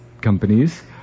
companies